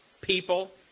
People